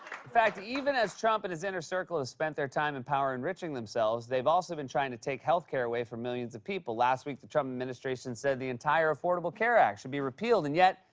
fact, even as trump and his inner circle has spent their time in power enriching themselves, they've also been trying to take healthcare away from millions of people. last week, the trump administration said the entire affordable care act should be repealed, and yet,